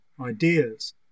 ideas